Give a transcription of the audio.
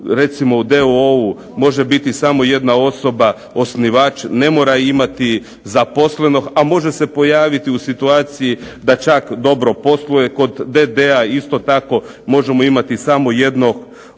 recimo u d.o.o.-u može biti samo jedna osoba osnivač, ne mora imati zaposlenog, a može se pojaviti u situaciji da čak dobro posluje kod d.d.-a. Isto tako možemo imati samo jednog imaoca